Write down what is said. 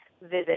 visit